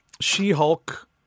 She-Hulk